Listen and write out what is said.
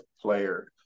player